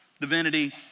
divinity